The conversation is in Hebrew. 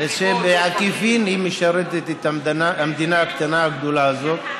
אבל שבעקיפין היא משרתת את המדינה הקטנה הגדולה הזאת,